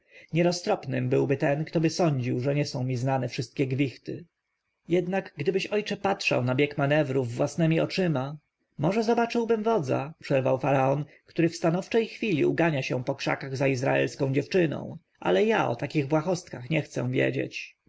nieroztropnym byłby ten ktoby sądził że nie są mi znane wszystkie gwichty jednak gdybyś ojcze patrzył na bieg manewrów własnemi oczami może zobaczyłbym wodza przerwał faraon który w stanowczej chwili ugania się po krzakach za izraelską dziewczyną ale ja o takich błahostkach nie chcę wiedzieć